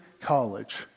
college